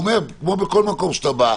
הוא אומר: כמו בכל מקום שאתה בא,